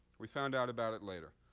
we found out about it later.